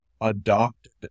adopted